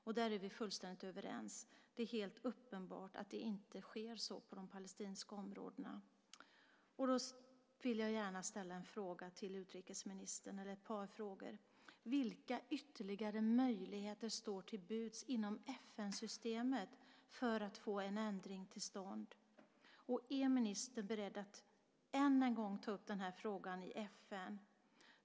Vi är fullständigt överens om att så inte sker i de palestinska områdena; det är helt uppenbart. Därför vill jag gärna ställa ett par frågor till utrikesministern: Vilka ytterligare möjligheter står till buds inom FN-systemet för att få en ändring till stånd? Är ministern beredd att än en gång ta upp denna fråga i FN?